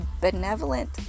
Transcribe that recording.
benevolent